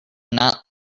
not